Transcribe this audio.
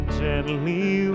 gently